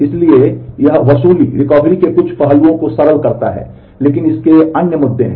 इसलिए यह वसूली के कुछ पहलुओं को सरल करता है लेकिन इसके अन्य मुद्दे हैं